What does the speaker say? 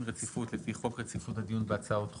רציפות לפי חוק רציפות הדיון בהצעות חוק,